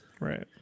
right